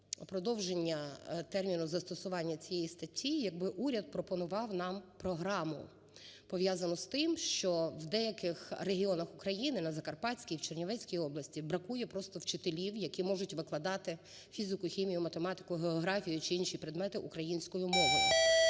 продовження терміну застосування цієї статті, якби уряд пропонував нам програму, пов'язану з тим, що в деяких регіонах України: на Закарпатській, в Чернівецькій області – бракує просто вчителів, які можуть викладати фізику, хімію, математику, географію чи інші предмети українською мовою.